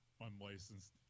unlicensed